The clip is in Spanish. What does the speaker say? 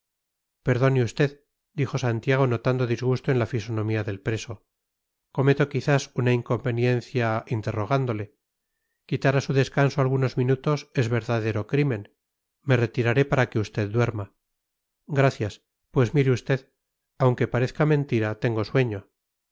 perdone usted dijo santiago notando disgusto en la fisonomía del preso cometo quizás una inconveniencia interrogándole quitar a su descanso algunos minutos es verdadero crimen me retiraré para que usted duerma gracias pues mire usted aunque parezca mentira tengo sueño